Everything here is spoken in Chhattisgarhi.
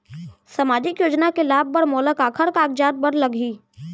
सामाजिक योजना के लाभ बर मोला काखर कागजात बर लागही?